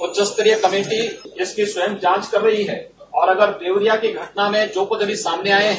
उच्च स्तरीय कमेटी जिसकी स्वयं जांच कर रही है और अगर देवरिया के घटना में जो कुछ भी सामने आये है